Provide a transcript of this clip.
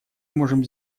можем